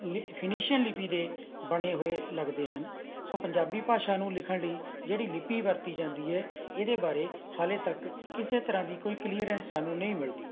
ਲਿ ਫੋਨੀਸ਼ੀਆਈ ਲਿਪੀ ਦੇ ਬਣੇ ਹੋਏ ਲੱਗਦੇ ਹਨ ਸੋ ਪੰਜਾਬੀ ਭਾਸ਼ਾ ਨੂੰ ਲਿਖਣ ਲਈ ਜਿਹੜੀ ਲਿਪੀ ਵਰਤੀ ਜਾਂਦੀ ਹੈ ਇਹਦੇ ਬਾਰੇ ਹਾਲੇ ਤੱਕ ਕਿਸੇ ਤਰ੍ਹਾਂ ਦੀ ਕੋਈ ਕਲੀਅਰੈਂਸ ਸਾਨੂੰ ਨਹੀਂ ਮਿਲਦੀ